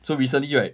so recently right